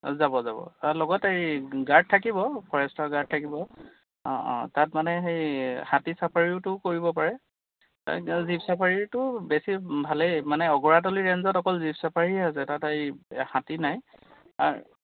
অঁ যাব যাব আৰু লগত এই গাৰ্ড থাকিব ফৰেষ্টৰ গাৰ্ড থাকিব অঁ অঁ তাত মানে সেই হাতী চাফাৰীওতো কৰিব পাৰে জীপ চাফাৰীটো বেছি ভালেই মানে অগৰাতলি ৰেঞ্জত অকল জীপ চাফাৰীহে আছে তাত এই হাতী নাই আৰু